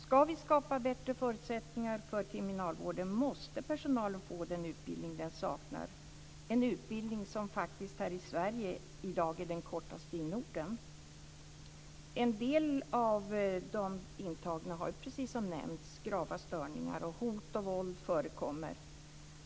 Ska vi skapa bättre förutsättningar för kriminalvården måste personalen få den utbildning den saknar, en utbildning som här i Sverige i dag är den kortaste i Norden. En del av de intagna har, precis som nämnts, grava störningar. Hot och våld förekommer.